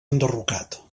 enderrocat